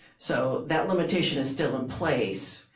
so that limitation is still in place.